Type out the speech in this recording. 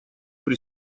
при